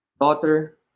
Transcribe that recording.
daughter